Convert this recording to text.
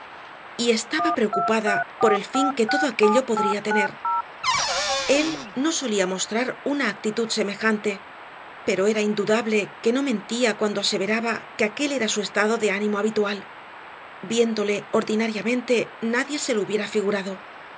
terrena y estaba preocupada por el fin que todo aquello podría tener él no solía mostrar una actitud semejante pero era indudable que no mentía cuando aseveraba que aquel era su estado de ánimo habitual viéndole ordinariamente nadie se lo hubiera figurado